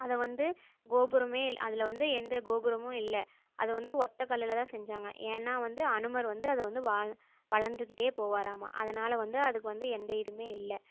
அதை வந்து கோபுரம் அதில் வந்து எந்த கோபுரமும் இல்லை அது வந்து ஒற்ற கல்லில் தான் செஞ்சாங்க ஏன்னா வந்து அனுமர் வந்து அது வந்து வள வளர்ந்து கிட்டு போவாராம் அதனால் வந்து அதுக்கு வந்து எந்த இதுவுமே இல்லை